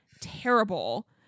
terrible